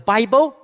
Bible